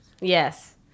Yes